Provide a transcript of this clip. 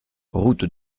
route